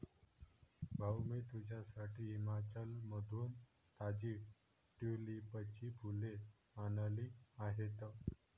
भाऊ, मी तुझ्यासाठी हिमाचलमधून ताजी ट्यूलिपची फुले आणली आहेत